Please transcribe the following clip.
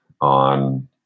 on